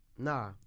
Nah